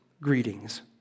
greetings